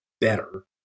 better